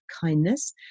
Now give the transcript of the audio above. kindness